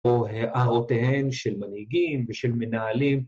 ‫הוא הערותיהן של מנהיגים ושל מנהלים.